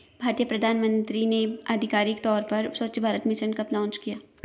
भारतीय प्रधानमंत्री ने आधिकारिक तौर पर स्वच्छ भारत मिशन कब लॉन्च किया?